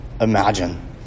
imagine